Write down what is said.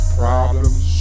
problems